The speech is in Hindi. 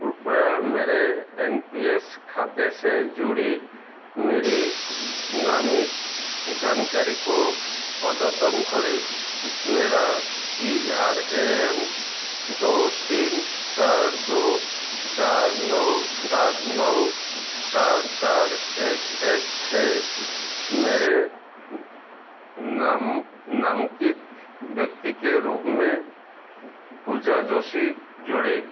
कृप्या मेरे एन पी एस खाते से जुड़ी मेरी नामित जानकारी को अद्यतन करें मेरा पी आर ए एन दो तीन चार दो चार नौ सात नौ चार चार एक एक है मेरे नम नमांकित वीक्ति के रूप में पूजा जोशी जोड़ें